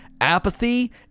Apathy